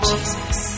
Jesus